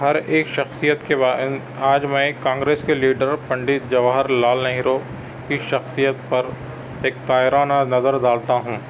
ہر ایک شخصیت کے آج میں کانگریس کے لیڈر پنڈت جواہر لال نہرو کی شخصیت پر ایک طائرانہ نظر ڈالتا ہوں